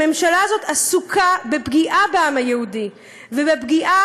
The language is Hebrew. הממשלה הזאת עסוקה בפגיעה בעם היהודי ובפגיעה